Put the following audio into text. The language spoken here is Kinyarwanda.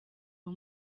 uwo